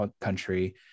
country